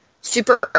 super